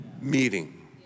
meeting